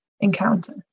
encounter